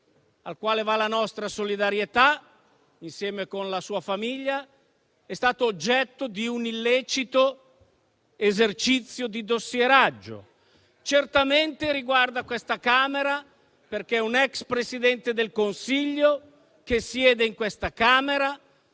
al quale va la nostra solidarietà, insieme con la sua famiglia, è stato oggetto di un illecito esercizio di dossieraggio. Certamente riguarda questa Camera, perché un ex Presidente del Consiglio che siede qui ed